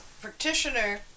practitioner